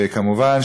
כמובן,